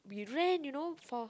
we ran you know for